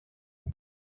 room